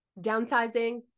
Downsizing